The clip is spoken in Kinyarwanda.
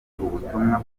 ubutumwa